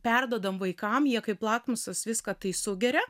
perduodam vaikam jie kaip lakmusas viską tai sugeria